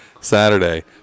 Saturday